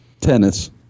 Tennis